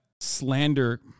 Slander